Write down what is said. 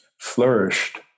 flourished